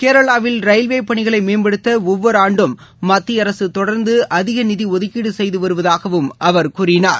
கேரளாவில் ரயில்வே பணிகளை மேம்படுத்த ஒவ்வொரு ஆண்டும் மத்திய அரசு தொடர்ந்து அதிக நிதி ஒதுக்கீடு செய்து வருவதாகவும் அவர் கூறினார்